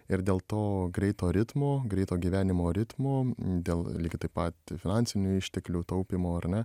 ir dėl to greito ritmo greito gyvenimo ritmo dėl lygiai taip pat finansinių išteklių taupymo ar ne